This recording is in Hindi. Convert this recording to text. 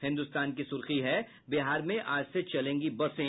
हिन्दुस्तान की सुर्खी है बिहार में आज से चलेंगी बसें